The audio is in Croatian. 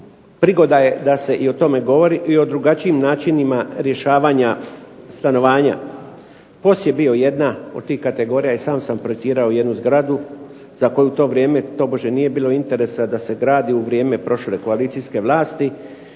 prigoda je da se o tome govori i o drugačijim načinima rješavanja stanovanja. POS je bio jedna od tih kategorija. I sam sam projektirao jednu zgradu za koju u to vrijeme tobože nije bilo interesa da se gradi u vrijeme prošle koalicijske vlasti